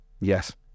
Yes